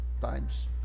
times